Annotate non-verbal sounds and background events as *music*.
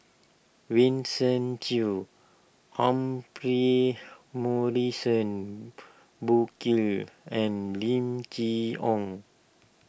Vincent Cheng Humphrey Morrison *noise* Burkill and Lim Chee Onn